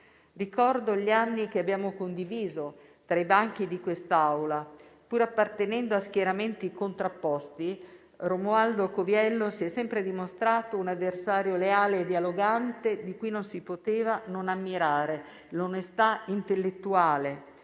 Ricordo gli anni che abbiamo condiviso tra i banchi di quest'Aula. Pur appartenendo a schieramenti contrapposti, Romualdo Coviello si è sempre dimostrato un avversario leale e dialogante, di cui non si potevano non ammirare l'onestà intellettuale,